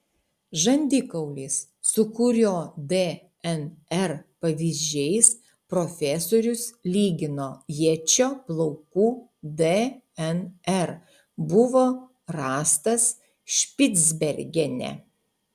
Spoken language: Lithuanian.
žandikaulis su kurio dnr pavyzdžiais profesorius lygino ječio plaukų dnr buvo rastas špicbergene